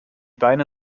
beine